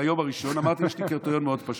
אני מתפלא.